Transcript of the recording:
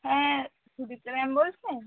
হ্যাঁ সুদীপ্তা ম্যাম বলছেন